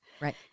Right